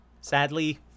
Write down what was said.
Sadly